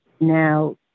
Now